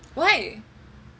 why